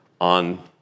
on